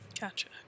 Gotcha